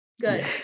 Good